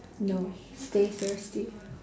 no stay thirsty